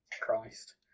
Christ